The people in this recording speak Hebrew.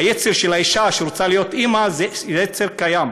היצר של האישה שרוצה להיות אימא, זה יצר קיים.